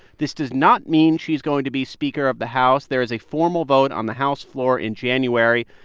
this does not mean she's going to be speaker of the house. there is a formal vote on the house floor in january.